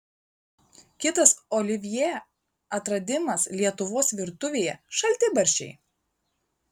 kitas olivjė atradimas lietuvos virtuvėje šaltibarščiai